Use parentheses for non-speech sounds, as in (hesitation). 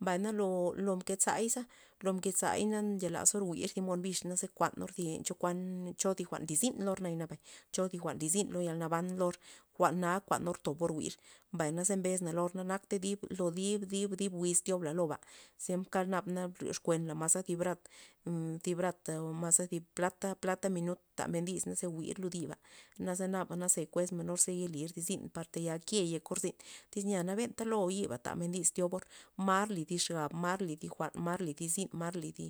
Mbay na lo- lo mkezay za mkezay ze nche lazor jwi'r thi mon naze kuanor thi len chokuan- chokuan jwa'n nly zyn lor nayana nay cho jwa'n nly zyn lo yal naban lor jwa'na kuanor tobor jwi'r, mbay naze mbesna lo or na akta thib lo thib- thib wiz thiobla loba' ziemka naba ryoxkuenla maska thi brat (hesitation) thib brat maze plata- plata minut tamen dis naze jwi'r lud yiba na ze naba kuesmen or ze yelir zyn par tayal ker yekor zyn tyz nya benta lo or yiba tamen dis thiobor mar li thi xab mar li thi jwa'n mar li thi zyn li thi